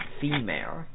female